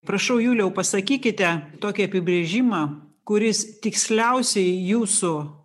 prašau juliau pasakykite tokį apibrėžimą kuris tiksliausiai jūsų